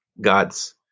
God's